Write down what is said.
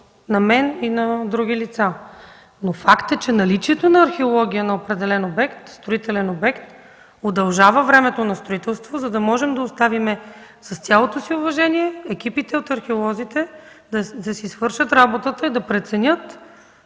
на мен и на други лица. Факт е, че наличието на археология на определен строителен обект удължава времето на строителство, за да можем да оставим с цялото си уважение екипите от археолозите да си свършат работата и да преценят